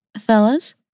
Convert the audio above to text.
Fellas